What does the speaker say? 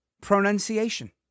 pronunciation